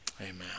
Amen